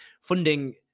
funding